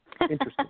interesting